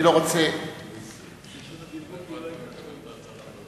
אני לא יכול להתחיל את הדיון מחדש כי